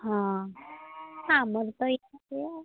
ହଁ ଆମର ତ